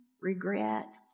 regret